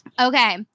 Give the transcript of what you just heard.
Okay